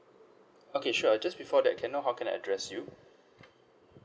okay sure just before that can I know how can I address you